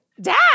Dad